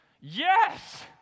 Yes